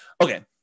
Okay